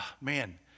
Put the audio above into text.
man